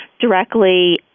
directly